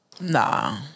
Nah